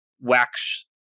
Wax